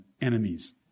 enemies